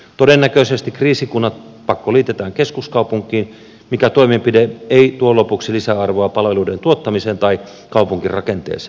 todennäköisesti kriisikunnat pakkoliitetään keskuskaupunkiin mikä toimenpide ei tuo lopuksi lisäarvoa palveluiden tuottamiseen tai kaupunkirakenteeseen